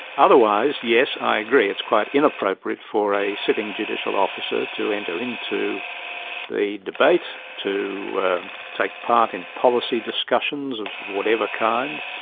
otherwise, yes, i agree it's quite inappropriate for a sitting judicial officer to enter into the debate, to take part in policy discussions of whatever kind.